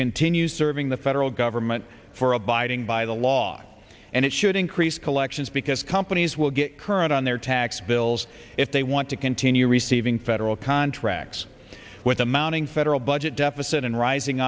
continue serving the federal government for abiding by the law and it should increase collections because companies will get current on their tax bills if they want to continue receiving federal contracts with the mounting federal budget deficit and rising